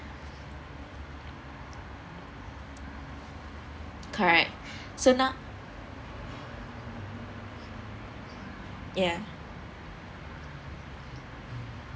correct so now ya